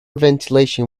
ventilation